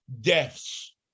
deaths